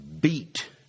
Beat